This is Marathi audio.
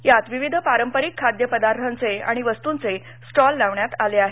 यात विविध पारंपरिक खाद्य पदार्थाचे आणि वस्तूंचे स्टॉल लावण्यात आले आहेत